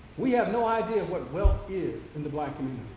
we have no idea of what wealth is in the black